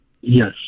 Yes